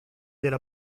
della